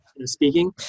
speaking